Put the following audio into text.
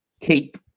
keep